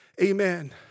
amen